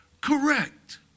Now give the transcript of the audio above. correct